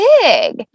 big